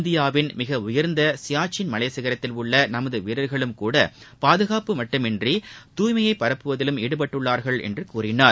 இந்தியாவின் மிக உயர்ந்த சியாச்சின் மலை சிகரத்தில் உள்ள நமது வீரர்களும்கூட பாதுகாப்பு மட்டுமின்றி தூய்மையை பரப்புவதிலும் ஈடுபட்டுள்ளார்கள் என்று கூறினார்